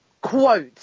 Quote